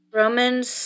Romans